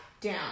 down